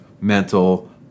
mental